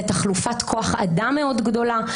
לתחלופת כוח אדם מאוד גדולה,